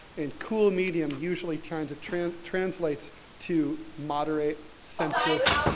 and cool medium usually kind of translates translates to moderate, centrist,